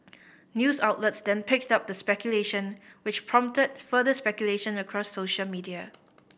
news outlets then picked up the speculation which prompted further speculation across social media